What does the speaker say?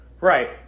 Right